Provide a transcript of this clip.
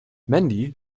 mandy